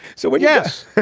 so, but yes.